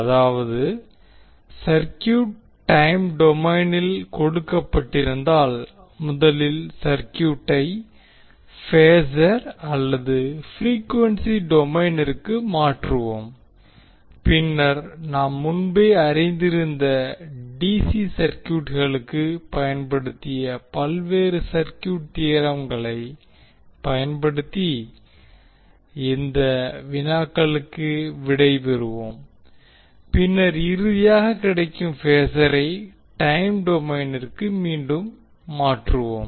அதாவது circuit time டொமைனில் கொடுக்கப்பட்டிருந்தால் முதலில் சர்குயூட்டை பேஸர் அல்லது ப்ரீக்வென்சி டொமைனிற்கு மாற்றுவோம் பின்னர் நாம் முன்பே அறிந்திருந்த டி சி சர்குயூட்களுக்கு பயன்படுத்திய பல்வேறு சர்குயூட் தியோரம்களை பயன்படுத்தி இந்த வினாக்களுக்கு விடை பெறுவோம் பின்னர் இறுதியாக கிடைக்கும் பேசரை டைம் டொமைனிற்கு மீண்டும் மாற்றுவோம்